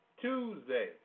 Tuesday